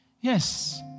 Yes